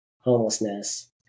homelessness